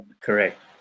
correct